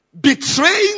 betraying